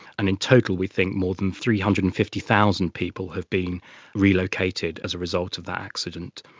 and in total we think more than three hundred and fifty thousand people have been relocated as a result of that accident.